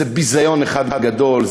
זה ביזיון אחד גדול,